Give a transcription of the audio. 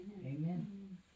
Amen